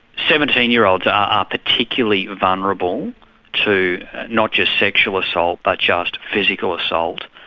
seventeen year olds are ah particularly vulnerable to not just sexual assault but just physical assault.